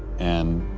and.